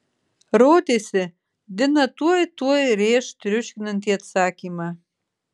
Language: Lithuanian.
rodėsi dina tuoj tuoj rėš triuškinantį atsakymą